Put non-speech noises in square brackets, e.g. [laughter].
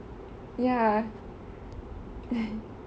ya [laughs]